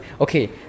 okay